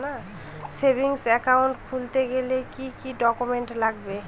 Savings account খুলতে গেলে কি কি ডকুমেন্টস লাগবে?